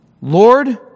Lord